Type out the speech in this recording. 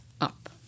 up